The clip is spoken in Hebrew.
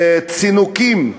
צינוקים לחולים.